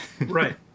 Right